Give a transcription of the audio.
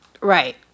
Right